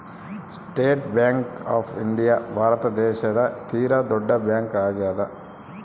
state Bank of India Bharat ದೇಶದ ತೀರ ದೊಡ್ಡ ಬ್ಯಾಂಕ್ ಆಗ್ಯಾದ